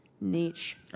niche